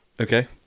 Okay